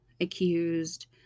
accused